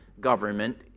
government